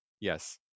Yes